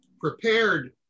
prepared